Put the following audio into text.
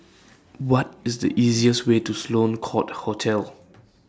What IS The easiest Way to Sloane Court Hotel